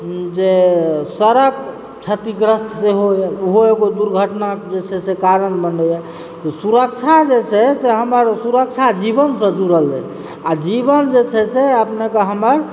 जे सड़क क्षतिग्रस्त सेहोए ओहो एगो दुर्घटनाकऽ जे छै से कारण बनयए तऽ सुरक्षा जे छै से हमर सुरक्षा जीवनसँ जुड़ल अइ आ जीवन जे छै से अपनेकऽ हमर